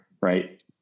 right